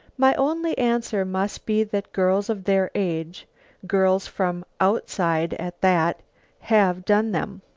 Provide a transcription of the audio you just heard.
my only answer must be that girls of their age girls from outside at that have done them.